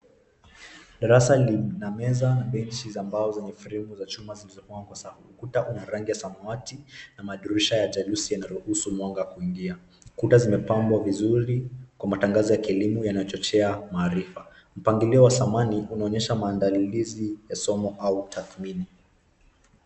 Darasa lina meza na benchi za mbao zenye fremu za chuma zilizomwagwa samu. Ukuta una rangi ya samawati na madirisha ya jadusi yanaruhusu mwanga kuingia. Kuta zimepambwa vizuri kwa matangazo ya kielimu yanayochochea maarifa. Mpangilio wa samani unaonyesha maandalizi ya somo au takhmini.